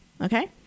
okay